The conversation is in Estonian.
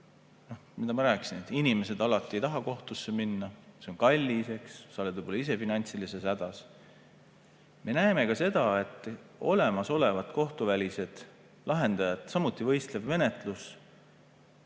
mida ma rääkisin, et inimesed alati ei taha kohtusse minna. See on kallis, eks. Võib-olla ollakse ise finantsiliselt hädas. Me näeme ka seda, et on olemasolevad kohtuvälised lahendajad, samuti võistlev menetlus.